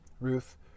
Ruth